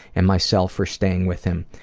and myself for staying with him.